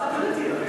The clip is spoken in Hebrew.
מה זה פוליטיות?